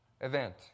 event